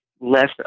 less